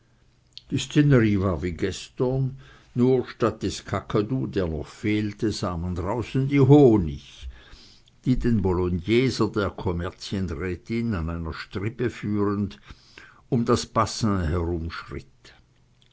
war wie gestern nur statt des kakadu der noch fehlte sah man draußen die honig die den bologneser der kommerzienrätin an einer strippe führend um das bassin herumschritt